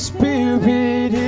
Spirit